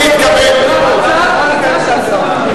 על הצעה של 10 מיליון.